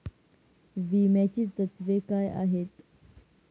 विम्याची तत्वे काय आहेत?